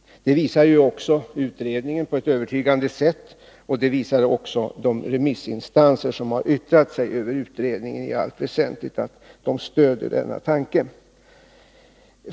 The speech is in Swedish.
Det visar också utredningen på ett övertygande sätt. Också de remissinstanser som yttrat sig visar att de i allt väsentligt stöder denna tanke.